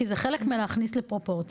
כי זה חלק מלהכניס לפרופורציות,